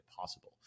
possible